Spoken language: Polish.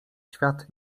świat